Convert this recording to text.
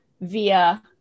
via